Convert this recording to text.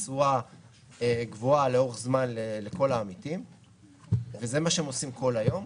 תשואה גבוהה לאורך זמן לכל העמיתים וזה מה שהם עושים כל היום,